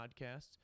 podcasts